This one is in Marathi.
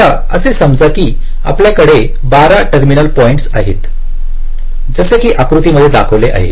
आता असे समजा की आपल्याकडे 12 टर्मिनल पॉईंट्स आहेत जसे की आकृतीमध्ये दाखवले आहे